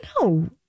No